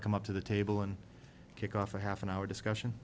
to come up to the table and kick off a half an hour discussion